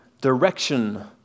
direction